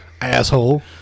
Asshole